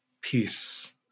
peace